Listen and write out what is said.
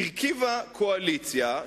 הרכיבה קואליציה,